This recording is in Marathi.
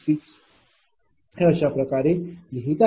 011266 हे अशाप्रकारे लिहीत आहे